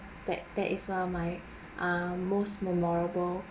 that that is err my um most memorable